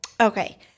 Okay